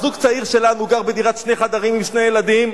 כי זוג צעיר שלנו גר בדירת שני חדרים עם שני ילדים,